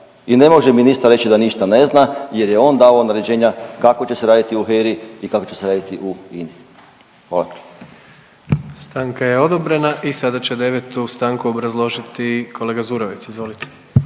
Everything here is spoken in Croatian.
I ne može ministar reći da ništa ne zna jer je on davao naređenja kako će se raditi u HERA-i i kako će se raditi u INA-i.